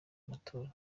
amatora